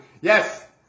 Yes